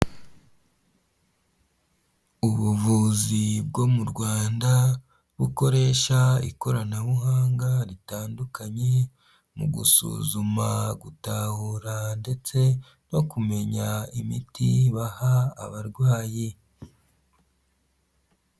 Ubuvuzi bwo mu Rwanda bukoresha ikoranabuhanga ritandukanye mu gusuzuma, gutahura ndetse no kumenya imiti baha abarwayi.